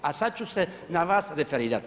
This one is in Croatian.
A sad ću se na vas referirati.